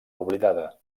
oblidada